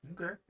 Okay